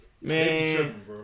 Man